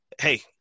Hey